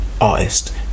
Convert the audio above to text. artist